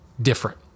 different